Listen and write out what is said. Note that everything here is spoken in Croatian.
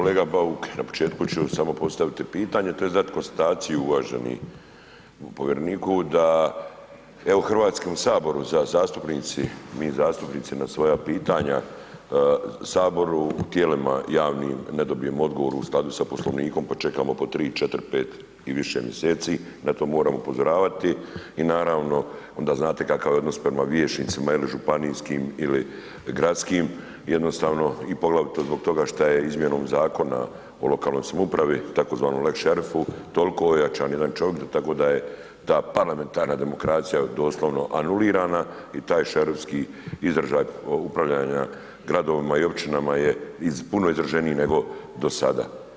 Evo ja sam kao i kolega Bauk, na početku ću samo postavit pitanje tj. dat konstataciju uvaženi povjereniku, da evo u Hrvatskom saboru zastupnici, mi zastupnici na svoja pitanja saboru, tijelima javnim ne dobijemo odgovor u skladu sa Poslovnikom, pa čekamo po 3, 4, 5 i više mjeseci, na to moramo upozoravati i naravno ona znate kakav je odnos prema vijećnicima jel županijskim ili gradskim, jednostavno i poglavito zbog toga šta je izmjenom Zakona o lokalnoj samoupravi tzv. lex šerifu tolko ojačan jedan čovjek tako da je ta parlamentarna demokracija doslovno anulirana i taj šerifski izražaj upravljanja gradovima i općinama je puno izraženiji nego do sada.